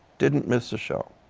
didn't miss a show.